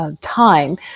time